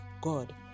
God